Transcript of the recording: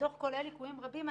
הדוח כולל ליקויים רבים.